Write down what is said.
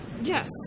Yes